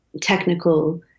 technical